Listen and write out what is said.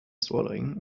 swallowing